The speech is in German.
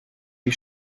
die